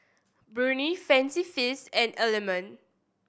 Burnie Fancy Feast and Element